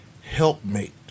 helpmate